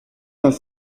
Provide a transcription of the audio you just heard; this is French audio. vingt